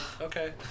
okay